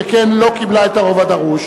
שכן לא קיבלה את הרוב הדרוש.